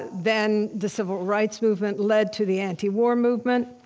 then the civil rights movement led to the antiwar movement,